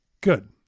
Good